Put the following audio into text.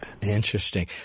Interesting